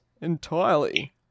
entirely